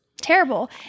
terrible